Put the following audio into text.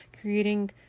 creating